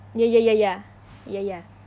ya ya ya ya ya ya